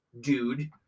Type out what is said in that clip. dude